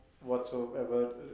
whatsoever